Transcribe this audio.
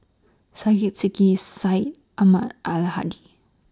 Syed Sheikh Syed Ahmad Al Hadi